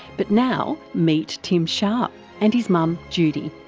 but now meet tim sharp and his mum judy.